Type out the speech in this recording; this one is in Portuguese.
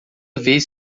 vez